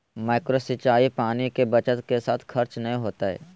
micro सिंचाई पानी के बचत के साथ खर्च नय होतय